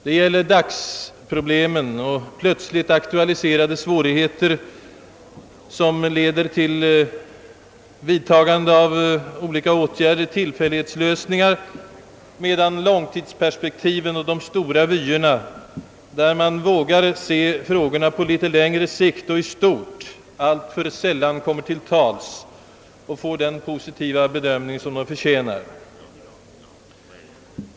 Det gäller dagsproblemen och plötsligt aktualiserade svårigheter, som kräver tillfällighetslösningar av olika slag, medan långtidsperspektiven och de stora vyerna, förmågan att se frågorna på något längre sikt och i stort, alltför sällan kommer till sin rätt och får ge ett positivt utslag.